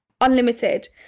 unlimited